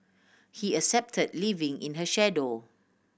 he accepted living in her shadow